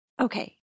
Okay